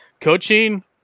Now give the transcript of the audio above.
Coaching